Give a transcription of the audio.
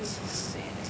it's